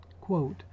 quote